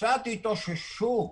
שקצת יתאוששו.